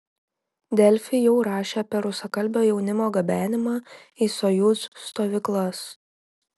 delfi jau rašė apie rusakalbio jaunimo gabenimą į sojuz stovyklas